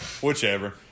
whichever